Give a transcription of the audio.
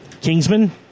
Kingsman